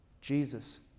Jesus